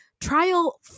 Trial